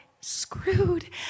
screwed